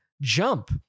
jump